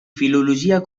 filologia